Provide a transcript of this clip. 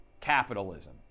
capitalism